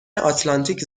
آتلانتیک